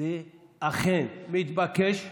זה אכן מתבקש ומקובל,